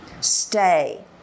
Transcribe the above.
stay